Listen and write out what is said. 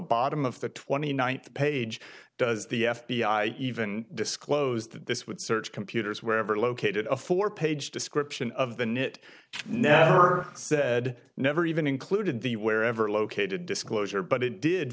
bottom of the twenty ninth page does the f b i even disclosed that this would search computers wherever located a four page description of the nit never said never even included the where ever located disclosure but it did